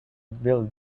build